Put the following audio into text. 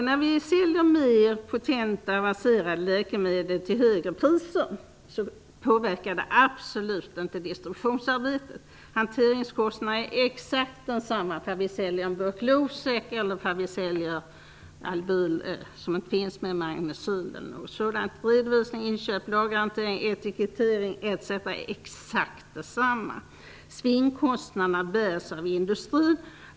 När vi säljer de mer potenta, avancerade läkemedlen till högre priser påverkar det absolut inte distributionsarbetet. Hanteringskostnaderna är exakt desamma om vi säljer en burk Losec som om vi säljer en ask Magnecyl. Redovisning, inköp, lagerhantering, etikettering, etc., är exakt desamma. Svinnkostnaderna bärs av industrin.